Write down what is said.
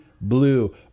Blue